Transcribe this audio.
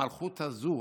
המלכות הזאת,